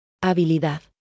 Habilidad